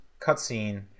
cutscene